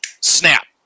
snap